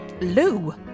Lou